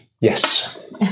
Yes